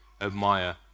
admire